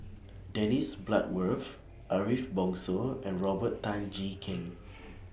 Dennis Bloodworth Ariff Bongso and Robert Tan Jee Keng